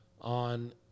on